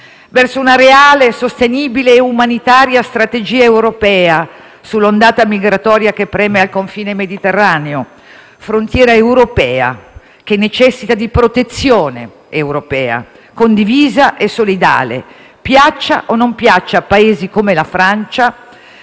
verso una reale, sostenibile e umanitaria strategia europea sull'ondata migratoria che preme al confine mediterraneo. La frontiera europea necessita di protezione europea, condivisa e solidale, piaccia o non piaccia a Paesi come la Francia